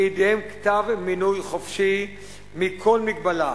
בידיהן כתב מינוי חופשי מכל מגבלה,